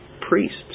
priests